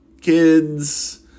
kids